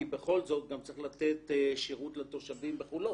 כי בכל זאת גם צריך לתת שירות לתושבים בחולון.